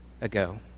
ago